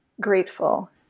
grateful